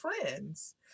friends